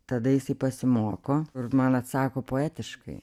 tada jisai pasimoko ir man atsako poetiškai